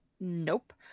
Nope